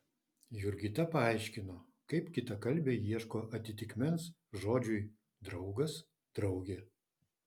jurgita paaiškino kaip kitakalbiai ieško atitikmens žodžiui draugas draugė